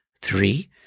Three